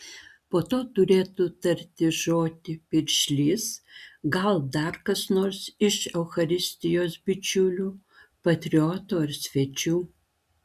po to turėtų tarti žodį piršlys gal dar kas nors iš eucharistijos bičiulių patriotų ar svečių